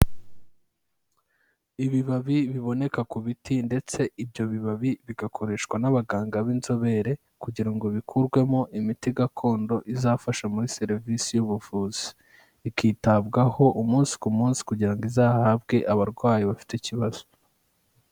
Ibibabi biboneka ku biti ndetse ibyo bibabi bigakoreshwa n'abaganga b'inzobere kugira ngo bikurwemo imiti gakondo izafasha muri serivisi y'ubuvuzi, ikitabwaho umunsi ku munsi kugira ngo izahabwe abarwayi bafite ikibazo.